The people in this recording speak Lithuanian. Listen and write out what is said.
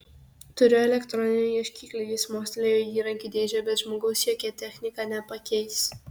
turiu elektroninį ieškiklį jis mostelėjo į įrankių dėžę bet žmogaus jokia technika nepakeis